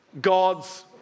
God's